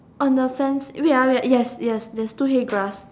on the sand wait ah wait yes yes there is two hay grass